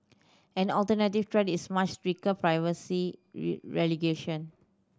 an alternative threat is much stricter privacy